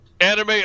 anime